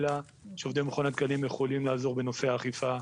שעובדי מכון התקנים יכולים לעזור בנושא האכיפה,